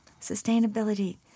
sustainability